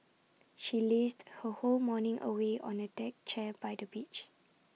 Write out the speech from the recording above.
she lazed her whole morning away on A deck chair by the beach